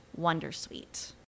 wondersuite